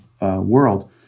world